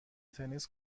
تنیس